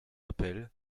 appel